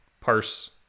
parse